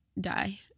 die